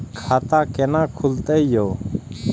खाता केना खुलतै यो